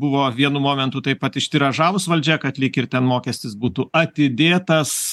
buvo vienu momentu taip pat ištiražavus valdžia kad lyg ir mokestis būtų atidėtas